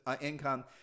income